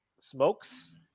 Smokes